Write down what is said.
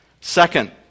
Second